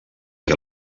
què